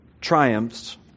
triumphs